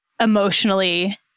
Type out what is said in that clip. emotionally